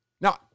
Now